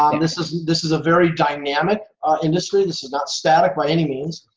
um this is this is a very dynamic industry. this is not static by any means.